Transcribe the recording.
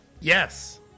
Yes